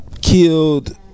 Killed